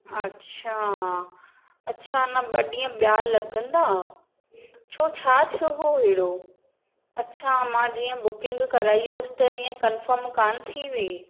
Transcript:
अच्छा अच्छा अञा ॿ ॾींहं ॿियां लॻंदा छो छा थियो हुओ अहिड़ो अच्छा मां जीअं बुकिंग कराई हुअसि त इहे कंफर्म कोन थी हुई